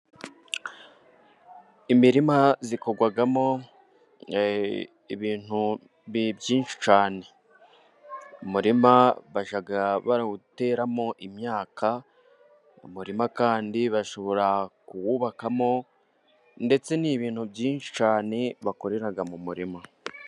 Imirima ikorerwamo ibintu byinshi cyane. Umurima bawuteramo imyaka, umurima kandi bashobora kuwubakamo, ndetse ni ibintu byinshi cyane bakorera mu murima.